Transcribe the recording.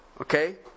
okay